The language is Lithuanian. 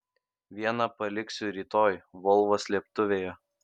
vieną paliksiu rytoj volvo slėptuvėje